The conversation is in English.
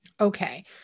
Okay